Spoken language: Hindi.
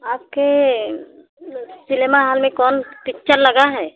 आपके सिलेमा हाल में कौन पिक्चर लगा है